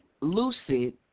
lucid